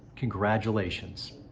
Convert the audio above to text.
congratulations.